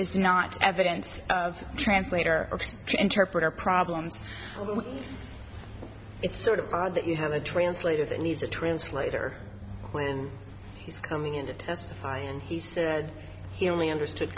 is not evidence of translator interpreter problems although it's sort of odd that you have a translator that needs a translator when he's coming in to testify and he said he only understood